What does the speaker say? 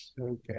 Okay